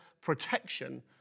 protection